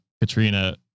Katrina